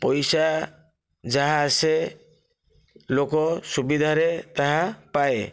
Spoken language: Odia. ପଇସା ଯାହା ଆସେ ଲୋକ ସୁବିଧାରେ ତାହା ପାଏ